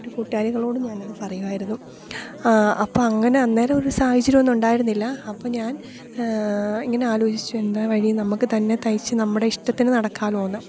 എൻ്റെ കുട്ടുകാരികളോടും ഞാനത് പറയുമായിരുന്നു അപ്പം അങ്ങനെ അന്നേരം ഒരു സാഹചര്യം ഒന്നും ഉണ്ടായിരുന്നില്ല അപ്പോൾ ഞാൻ ഇങ്ങനെ ആലോചിച്ചു എന്താ വഴി നമുക്ക് തന്നെ തയ്ച്ച് നമ്മുടെ ഇഷ്ടത്തിന് നടക്കാമല്ലോയെന്ന്